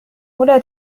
ولا